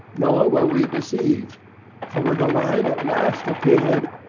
nor were we deceived for when the lion at last appeared,